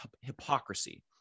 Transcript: hypocrisy